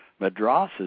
madrasas